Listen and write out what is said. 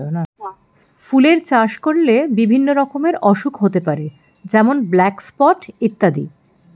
ফুলের চাষ করলে বিভিন্ন রকমের অসুখ হতে পারে যেমন ব্ল্যাক স্পট ইত্যাদি